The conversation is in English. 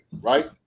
right